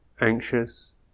anxious